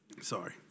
sorry